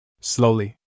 Slowly